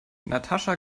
natascha